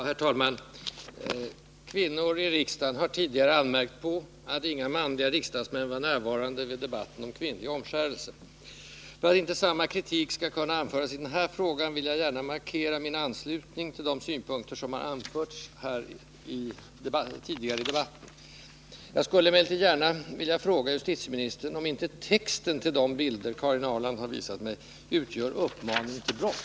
Herr talman! Kvinnor i riksdagen har tidigare anmärkt på att inga manliga riksdagsmän var närvarande vid debatten om kvinnlig omskärelse. För att inte samma kritik skall kunna anföras i den här frågan vill jag gärna markera min anslutning till de synpunkter som har anförts tidigare i denna debatt. Jag skulle emellertid också gärna vilja fråga justitieministern om inte texten till de bilder Karin Ahrland har visat mig utgör uppmaning till brott.